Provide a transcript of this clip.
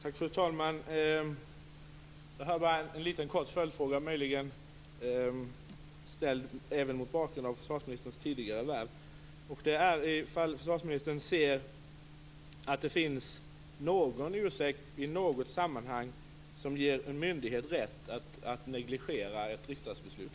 Fru talman! Jag har bara en liten kort följdfråga. Jag ställer den även mot bakgrund av försvarsministerns tidigare värv. Anser försvarsministern att det finns någon ursäkt i något sammanhang som ger en myndighet rätt att negligera ett riksdagsbeslut?